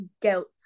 guilt